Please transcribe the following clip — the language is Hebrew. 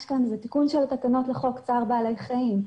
כאן זה תיקון של התקנות לחוק צער בעלי חיים.